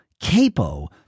Capo